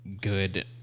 good